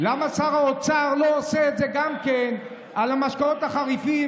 למה שר האוצר לא עושה את זה גם על המשקאות החריפים,